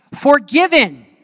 forgiven